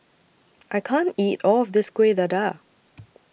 I can't eat All of This Kueh Dadar